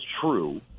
true